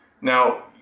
Now